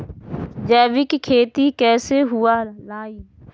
जैविक खेती कैसे हुआ लाई?